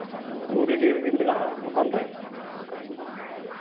ᱟᱹᱜᱩ ᱨᱮᱰᱤ ᱨᱮᱜᱮ ᱢᱮᱟᱜᱼᱟ ᱫᱚᱠᱟᱱ ᱨᱮ